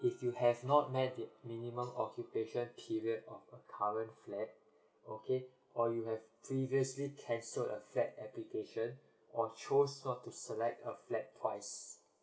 if you have not met the minimum occupation period of a current flat okay or you have previously cancelled a flat application or chose not to select a flat twice